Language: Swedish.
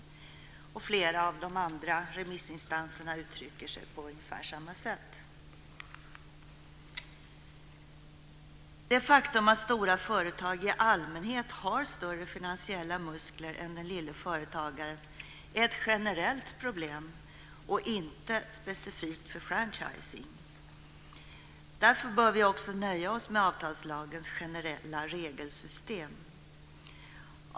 Flera av de andra remissinstanserna uttrycker sig på ungefär samma sätt. Det faktum att stora företag i allmänhet har större finansiella muskler än småföretagen är ett generellt problem och inte specifikt för franchising. Därför bör vi också nöja oss med avtalslagens generella regelsystem.